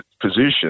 position